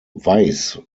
weiss